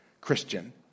Christian